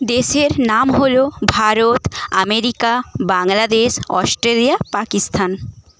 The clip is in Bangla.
দেশের নাম হল ভারত আমেরিকা বাংলাদেশ অস্ট্রেলিয়া পাকিস্তান